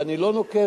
ואני לא נוקט,